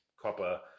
copper